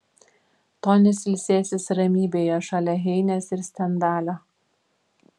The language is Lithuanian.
tonis ilsėsis ramybėje šalia heinės ir stendalio